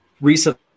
recently